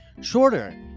shorter